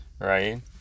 Right